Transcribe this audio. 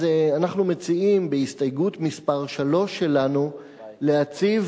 אז אנו מציעים בהסתייגות מס' 3 שלנו להציב